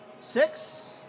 six